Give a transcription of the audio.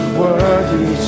worthy